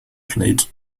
played